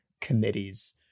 committees